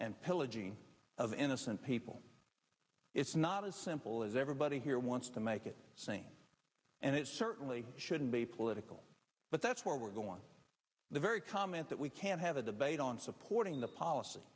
and pillaging of innocent people it's not as simple as everybody here wants to make it sane and it certainly shouldn't be political but that's where we're going the very comment that we can't have a debate on supporting the policy